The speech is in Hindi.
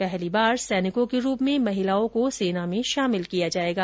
पहली बार सैनिकों के रूप में महिलाओं को सेना में शामिल किया जाएगा